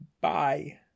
Bye